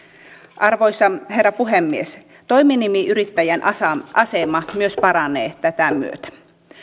arvoisa herra puhemies myös toiminimiyrittäjän asema paranee tätä myötä